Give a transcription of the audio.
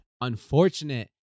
unfortunate